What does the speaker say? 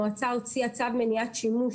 המועצה הוציאה צו מניעת שימוש,